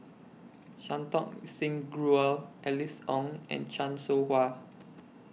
Santokh Singh Grewal Alice Ong and Chan Soh Ha